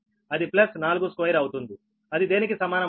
అది ప్లస్ 42 అవుతుంది అది దేనికి సమానం అంటే 8